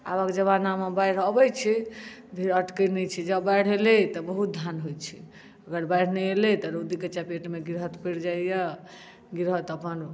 आबक जमानामे बाढ़ि अबैत छै धरि अटकैत नहि छै जँ बाढ़ि एलै तऽ बहुत धान होइत छै अगर बाढ़ि नहि एलै तऽ रौदीके चपेटमे गृहस्थ पड़ि जाइए गृहस्थ अपन